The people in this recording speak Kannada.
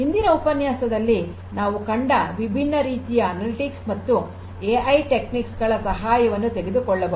ಹಿಂದಿನ ಉಪನ್ಯಾಸದಲ್ಲಿ ನಾವುಕಂಡ ವಿಭಿನ್ನ ರೀತಿಯ ಅನಲಿಟಿಕ್ಸ್ ಮತ್ತು ಎಐ ತಂತ್ರಗಳ ಸಹಾಯವನ್ನು ತೆಗೆದುಕೊಳ್ಳಬಹುದು